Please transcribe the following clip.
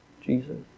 Jesus